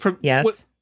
Yes